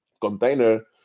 container